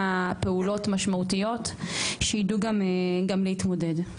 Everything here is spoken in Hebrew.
פעולות משמעותיות שיידעו גם להתמודד.